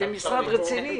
אתם משרד רציני.